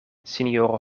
sinjoro